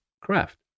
craft